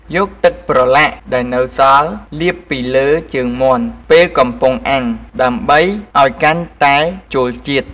យកទឹកប្រឡាក់ដែលនៅសល់លាបពីលើជើងមាន់ពេលកំពុងអាំងដើម្បីឱ្យកាន់តែចូលជាតិ។